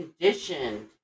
conditioned